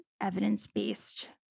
evidence-based